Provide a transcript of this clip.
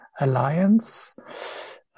alliance